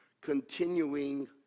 continuing